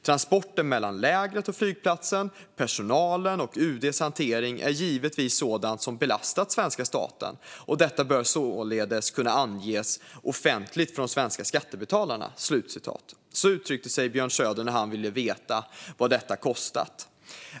Transporten mellan lägret och flygplatsen, personalen och UD:s hantering är givetvis sådant som belastat svenska staten, och detta bör således kunna anges offentligt för de svenska skattebetalarna." Så uttryckte sig Björn Söder när han ville veta vad detta kostat.